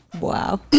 Wow